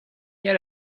yet